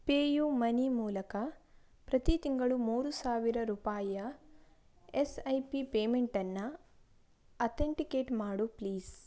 PayUmoney ಮೂಲಕ ಪ್ರತಿ ತಿಂಗಳು ಮೂರು ಸಾವಿರ ರೂಪಾಯಿಯ ಎಸ್ ಐ ಪಿ ಪೇಮೆಂಟನ್ನು ಅಥೆಂಟಿಕೇಟ್ ಮಾಡು ಪ್ಲೀಸ್